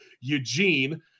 Eugene